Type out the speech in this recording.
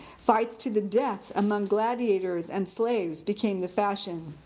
fights to the death among gladiators and slaves became the fashion.